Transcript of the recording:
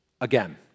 Again